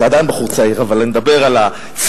אתה עדיין בחור צעיר אבל אני מדבר על הצעירות,